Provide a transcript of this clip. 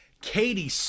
Katie